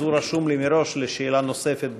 אז הוא רשום לי מראש לשאלה נוספת,